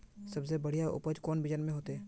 सबसे बढ़िया उपज कौन बिचन में होते?